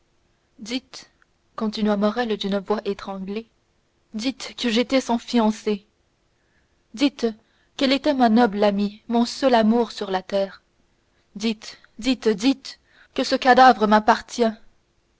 continua morrel d'une voix étranglée dites que j'étais son fiancé dites qu'elle était ma noble amie mon seul amour sur la terre dites dites dites que ce cadavre m'appartient